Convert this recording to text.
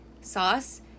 sauce